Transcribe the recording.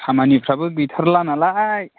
खामानिफोराबो गैथारला नालाय